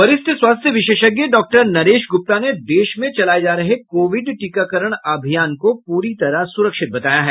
वरिष्ठ स्वास्थ्य विशेषज्ञ डॉक्टर नरेश गुप्ता ने देश में चलाये जा रहे कोविड टीकाकरण अभियान को पूरी तरह सुरक्षित बताया है